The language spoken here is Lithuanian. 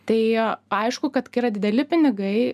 tai aišku kad kai yra dideli pinigai